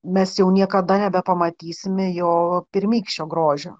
mes jau niekada nebepamatysime jo pirmykščio grožio